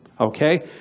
Okay